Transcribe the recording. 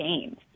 games